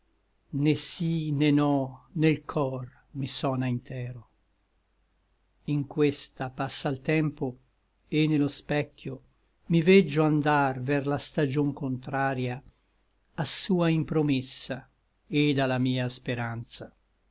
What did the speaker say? né sí né no nel cor mi sona intero in questa passa l tempo et ne lo specchio mi veggio andar ver la stagion contraria a sua impromessa et a la mia speranza